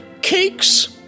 cakes